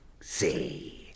See